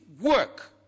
work